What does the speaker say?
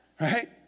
Right